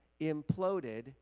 imploded